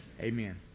Amen